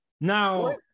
Now